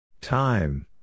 Time